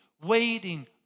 waiting